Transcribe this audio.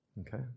Okay